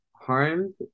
harmed